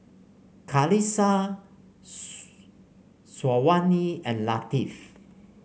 Qalisha Syazwani and Latif